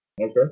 Okay